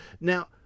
Now